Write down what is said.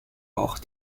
auch